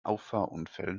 auffahrunfällen